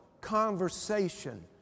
conversation